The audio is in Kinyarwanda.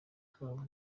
kabo